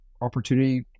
opportunity